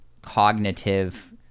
cognitive